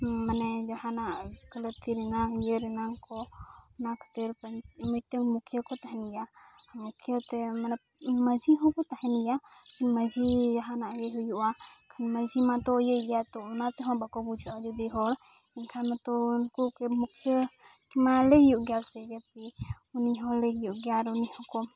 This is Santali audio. ᱢᱟᱱᱮ ᱡᱟᱦᱟᱱᱟᱜ ᱞᱟᱹᱠᱛᱤ ᱨᱮᱱᱟᱝ ᱤᱭᱟᱹ ᱨᱮᱱᱟᱝᱠᱚ ᱚᱱᱟ ᱠᱷᱟᱹᱛᱤᱨᱛᱮ ᱢᱤᱫᱴᱮᱱ ᱢᱩᱠᱷᱤᱭᱟᱹᱠᱚ ᱛᱟᱦᱮᱱ ᱜᱮᱭᱟ ᱢᱩᱠᱷᱤᱭᱟᱹᱛᱮ ᱢᱟᱱᱮ ᱢᱟᱺᱡᱷᱤᱦᱚᱸᱠᱚ ᱛᱟᱦᱮᱱ ᱜᱮᱭᱟ ᱢᱟᱺᱡᱷᱤ ᱡᱟᱦᱟᱱᱟᱜ ᱜᱮ ᱦᱩᱭᱩᱜᱼᱟ ᱢᱟᱺᱡᱷᱤ ᱢᱟᱛᱚ ᱤᱭᱟᱹᱭ ᱜᱮᱭᱟᱛᱚ ᱚᱱᱟᱛᱮᱦᱚᱸ ᱵᱟᱠᱚ ᱵᱩᱡᱷᱟᱹᱜᱼᱟ ᱡᱩᱫᱤ ᱦᱚᱲ ᱮᱱᱠᱷᱟᱱ ᱢᱟᱛᱚ ᱩᱱᱠᱚᱠᱚ ᱢᱩᱠᱷᱤᱭᱟᱹ ᱢᱟ ᱞᱟᱹᱭ ᱦᱩᱭᱩᱜ ᱜᱮᱭᱟ ᱥᱮ ᱩᱱᱤ ᱦᱚᱲᱤᱡᱜᱮ ᱟᱨ ᱩᱱᱤ ᱦᱚᱸᱠᱚ